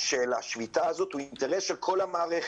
של השביתה הזאת הוא אינטרס של כל המערכת.